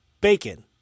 bacon